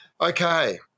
Okay